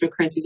cryptocurrencies